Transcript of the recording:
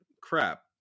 crap